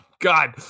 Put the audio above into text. god